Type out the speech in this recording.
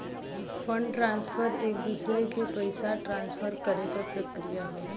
fund transfer एक दूसरे के पइसा ट्रांसफर करे क प्रक्रिया हौ